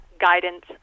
guidance